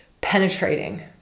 Penetrating